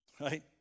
Right